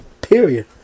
Period